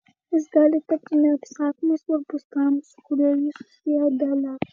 jis gali tapti neapsakomai svarbus tam su kuriuo jį susiejo dalia